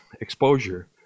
exposure